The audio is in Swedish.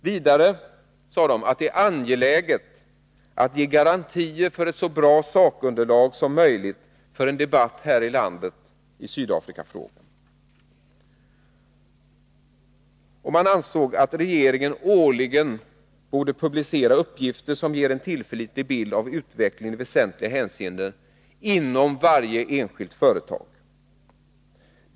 Vidare sade man att det är angeläget att ge garantier för ett så bra sakunderlag som möjligt för en debatt här i landet i Sydafrikafrågan. Man ansåg att regeringen årligen borde publicera uppgifter som ger en tillförlitlig bild av utvecklingen i väsentliga hänseenden inom varje enskilt företag.